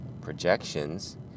projections